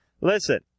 listen